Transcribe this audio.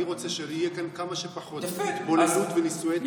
אני רוצה שיהיו כאן כמה שפחות התבוללות ונישואי תערובת.